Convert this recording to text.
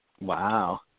Wow